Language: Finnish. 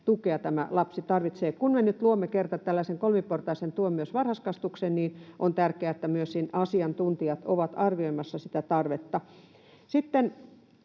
tukea lapsi tarvitsee. Kun me nyt kerran luomme tällaisen kolmiportaisen tuen myös varhaiskasvatukseen, niin on tärkeää, että myös asiantuntijat ovat arvioimassa sitä tarvetta.